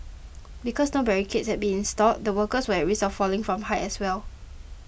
because no barricades had been installed the workers were at risk of falling from height as well